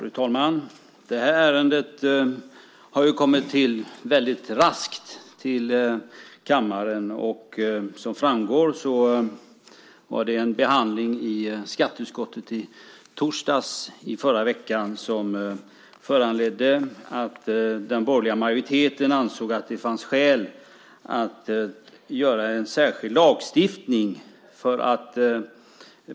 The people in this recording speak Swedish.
Fru talman! Det här ärendet har ju kommit väldigt raskt till kammaren, och som framgår var det en behandling i skatteutskottet i torsdags i förra veckan som föranledde att den borgerliga majoriteten ansåg att det fanns skäl för en särskild lagstiftning.